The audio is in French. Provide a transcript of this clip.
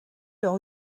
leur